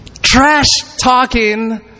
Trash-talking